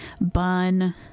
bun